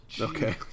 okay